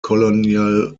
colonial